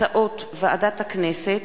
הצעות ועדת הכנסת,